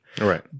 Right